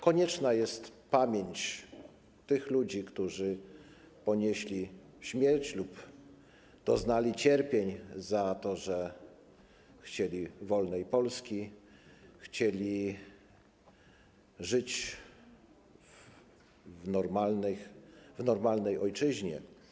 Konieczna jest pamięć o tych ludziach, którzy ponieśli śmierć lub doznali cierpień za to, że chcieli wolnej Polski, chcieli żyć w normalnej ojczyźnie.